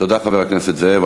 תודה, חבר הכנסת זאב.